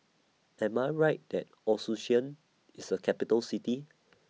Am I Right that Asuncion IS A Capital City